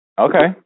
Okay